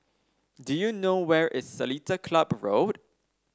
do you know where is Seletar Club Road